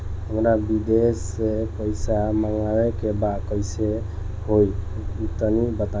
हमरा विदेश से पईसा मंगावे के बा कइसे होई तनि बताई?